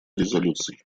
резолюций